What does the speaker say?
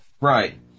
Right